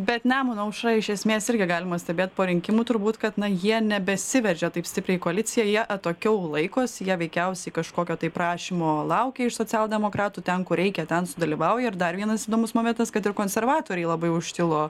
bet nemuno aušra iš esmės irgi galima stebėt po rinkimų turbūt kad na jie nebesiveržia taip stipriai į koaliciją jie atokiau laikosi ją veikiausiai kažkokio tai prašymo laukia iš socialdemokratų ten kur reikia ten sudalyvauja ir dar vienas įdomus momentas kad ir konservatoriai labai užtilo